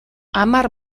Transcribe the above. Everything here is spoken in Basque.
hamar